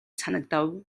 санагдав